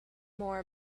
more